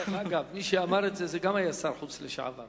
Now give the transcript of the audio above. דרך אגב, גם מי שאמר את זה היה שר חוץ בעבר.